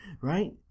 right